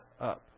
up